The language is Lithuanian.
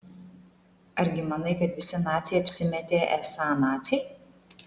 argi manai kad visi naciai apsimetė esą naciai